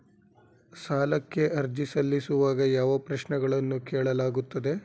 ಸಾಲಕ್ಕೆ ಅರ್ಜಿ ಸಲ್ಲಿಸುವಾಗ ಯಾವ ಪ್ರಶ್ನೆಗಳನ್ನು ಕೇಳಲಾಗುತ್ತದೆ?